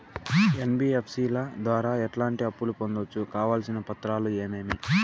NBFC ల ద్వారా ఎట్లాంటి అప్పులు పొందొచ్చు? కావాల్సిన పత్రాలు ఏమేమి?